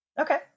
Okay